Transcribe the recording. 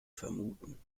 vermuten